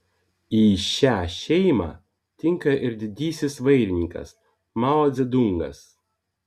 į šią šeimą tinka ir didysis vairininkas mao dzedungas